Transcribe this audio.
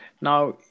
now